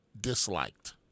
disliked